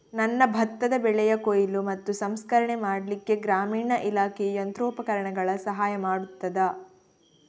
ನನ್ನ ಭತ್ತದ ಬೆಳೆಯ ಕೊಯ್ಲು ಮತ್ತು ಸಂಸ್ಕರಣೆ ಮಾಡಲಿಕ್ಕೆ ಗ್ರಾಮೀಣ ಇಲಾಖೆಯು ಯಂತ್ರೋಪಕರಣಗಳ ಸಹಾಯ ಮಾಡುತ್ತದಾ?